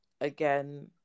again